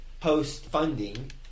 post-funding